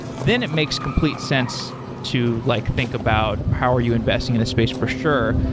then it makes complete sense to like think about how are you investing in the space for sure.